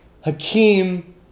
Hakeem